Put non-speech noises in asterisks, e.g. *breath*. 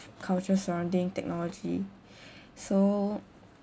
culture surrounding technology *breath* so